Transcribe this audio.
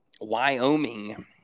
Wyoming